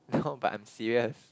no but I'm serious